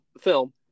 film